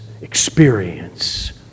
experience